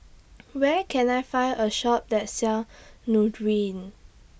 Where Can I Find A Shop that sells Nutren